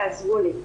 תעזרו לי.